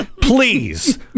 Please